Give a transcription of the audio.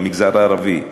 במגזר הערבי,